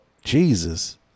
jesus